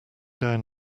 down